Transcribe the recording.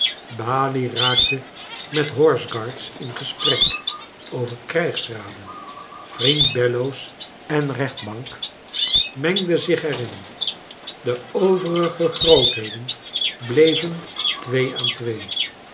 balie raakte met horse guards in gesprek over krijgsraden vriend bellows en bechtbank mengden zich er in de overige grootheden bleven twee aan twee